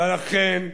ולכן,